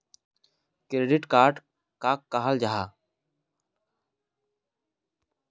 Credit card कहाक कहाल जाहा जाहा?